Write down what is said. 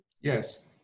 Yes